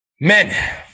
Men